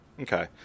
Okay